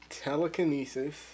telekinesis